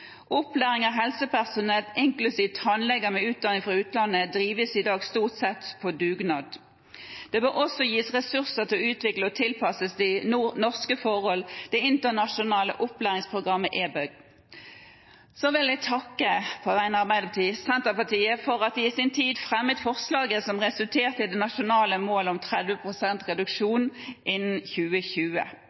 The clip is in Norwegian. Opplæring av helsepersonell, inklusiv tannleger med utdanning fra utlandet, drives i dag stort sett på dugnad. Det bør også gis ressurser til å utvikle og tilpasse til norske forhold det internasjonale opplæringsprogrammet E-bug. Så vil jeg på vegne av Arbeiderpartiet takke Senterpartiet for at de i sin tid fremmet forslag som resulterte i det nasjonale målet om 30 pst. reduksjon innen 2020,